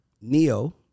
neo